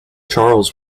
charles